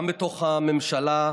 גם בתוך הממשלה,